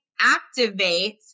activate